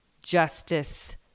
justice